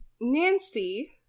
Nancy